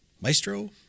Maestro